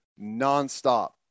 nonstop